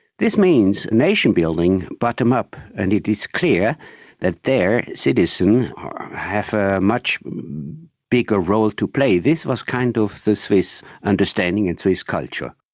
this means nation-building bottom-up, and it is clear that their citizens have a much bigger role to play. this was kind of the swiss understanding and swiss culture.